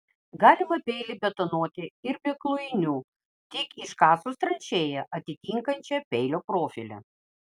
galima peilį betonuoti ir be klojinių tik iškasus tranšėją atitinkančią peilio profilį